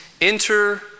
enter